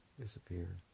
Disappear